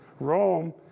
rome